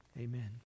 Amen